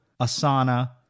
Asana